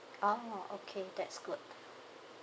oh okay that's good